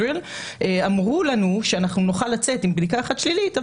הוא שאמרו לנו שנוכל לצאת עם בדיקה אחת שלילית,